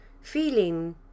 feeling